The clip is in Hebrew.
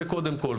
זה קודם כל.